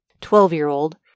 twelve-year-old